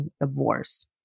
divorce